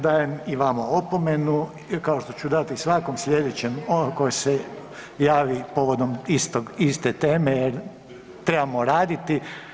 Dajem i vama opomenu kao što ću dati svakom sljedećem koji se javi povodom iste teme jer trebamo raditi.